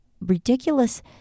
ridiculous